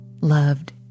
loved